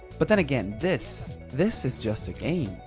but then again this, this is just a game.